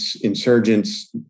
insurgents